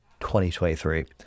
2023